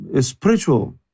spiritual